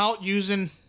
using